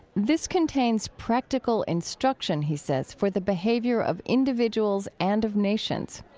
this contains practical instruction, he says, for the behavior of individuals and of nations.